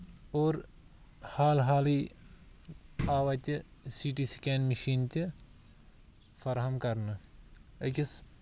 اور حال حالٕے آو اَتہِ سی ٹی سِکین مِشیٖن تہِ فراہم کَرنہٕ أکِس